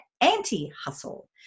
anti-hustle